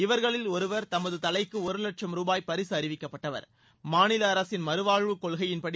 இவர்களில் ஒருவர் தமது தலைக்கு ஒரு லட்சம் ரூபாய் பரிசு அறிவிக்கப்பட்டவர் மாநில அரசின் மறுவாழ்வு கொள்கையின்படி